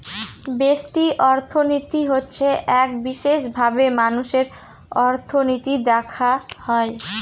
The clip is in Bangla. ব্যষ্টিক অর্থনীতি হচ্ছে এক বিশেষভাবে মানুষের অর্থনীতি দেখা হয়